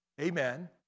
Amen